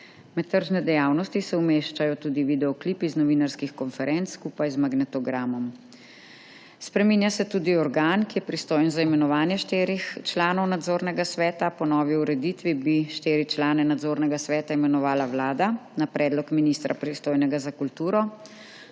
Med tržne dejavnosti se umeščajo tudi videoklipi z novinarskih konferenc, skupaj z magnetogramom. Spreminja se organ, ki je pristojen za imenovanje štirih članov Nadzornega sveta. Po novi ureditvi bi štiri člane Nadzornega sveta imenovala Vlada na predlog ministra, pristojnega za kulturo.